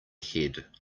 head